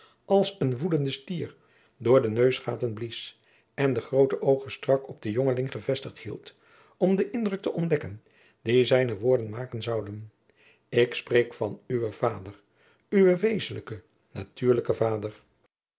als een woedende stier door de neusgaten blies en de groote oogen strak op den jongeling gevestigd hield om den indruk te ontdekken die zijne woorden maken zouden ik spreek van uwen vader uwen wezenlijken natuurlijken vader